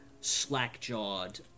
slack-jawed